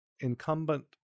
incumbent